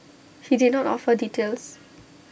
he did not offer details